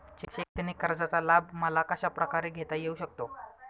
शैक्षणिक कर्जाचा लाभ मला कशाप्रकारे घेता येऊ शकतो?